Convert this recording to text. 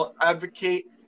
advocate